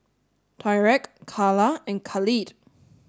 Tyreke Karla and Khalid